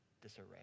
disarray